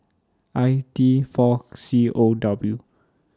I T four C O W